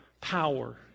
power